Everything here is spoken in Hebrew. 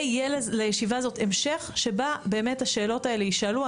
ויהיה לישיבה הזאת המשך שבו באמת השאלות האלה יישאלו.